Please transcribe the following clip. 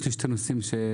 יש לי שני נושאים קטנים,